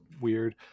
weird